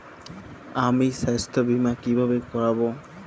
আমি স্বাস্থ্য বিমা কিভাবে করাব?